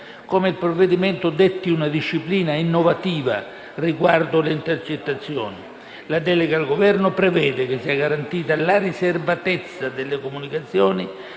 come esso detti una disciplina innovativa riguardo alle intercettazioni: la delega al Governo prevede che sia garantita la riservatezza delle comunicazioni,